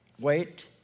Wait